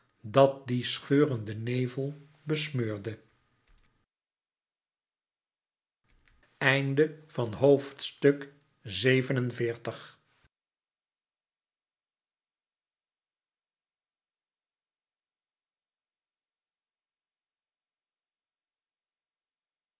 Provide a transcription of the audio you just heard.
dat dien scheurenden nevel besmeurde